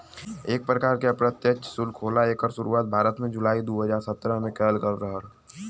एक परकार के अप्रत्यछ सुल्क होला एकर सुरुवात भारत में जुलाई दू हज़ार सत्रह में करल गयल रहल